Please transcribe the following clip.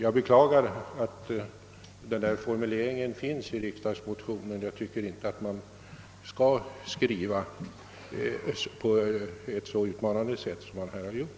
Jag beklagar att formuleringen finns i riksdagsmotionen. Man skall inte skriva på ett så utmanande sätt som man här har gjort.